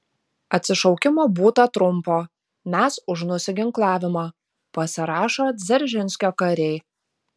atsišaukimo būta trumpo mes už nusiginklavimą pasirašo dzeržinskio kariai